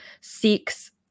seeks